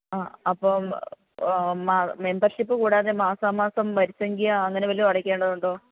ആ അപ്പോ ആ മെമ്പർഷിപ്പ് കൂടാതെ മാസാമാസം വരി സംഖ്യ അങ്ങനെ വല്ലതും അടക്കേണ്ടതുണ്ടോ